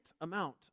amount